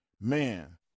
man